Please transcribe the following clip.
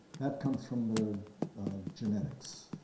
that comes from the genetics,